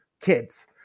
kids